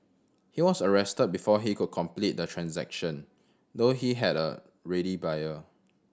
he was arrested before he could complete the transaction though he had a ready buyer